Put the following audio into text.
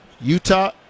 utah